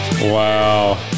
Wow